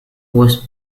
was